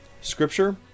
scripture